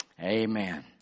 Amen